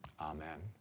Amen